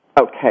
Okay